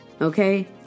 okay